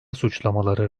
suçlamaları